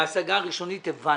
בהשגה הראשונית הבנו,